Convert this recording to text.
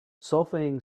solfaing